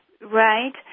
right